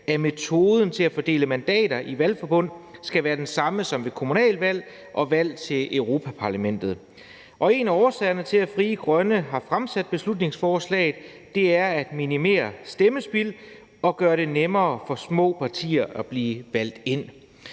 at metoden til at fordele mandater i valgforbund skal være den samme som ved kommunalvalg og valg til Europa-Parlamentet. En af årsagerne til, at Frie Grønne har fremsat beslutningsforslaget, er, at man vil minimere stemmespild og gøre det nemmere for små partier at blive valgt ind.